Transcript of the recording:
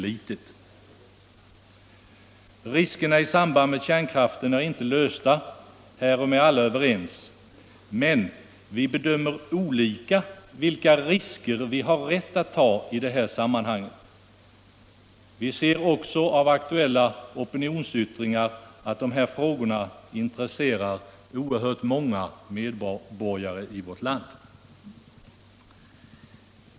Problemet med riskerna i samband med kärnkraften är inte löst — därom är alla överens — men vi bedömer olika vilka risker vi har rätt att ta i det sammanhanget. Vi ser också av aktuella opinionsyttringar att dessa frågor intresserar oerhört många medborgare i vårt land.